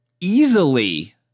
Easily